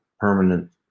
permanent